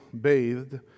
bathed